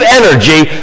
energy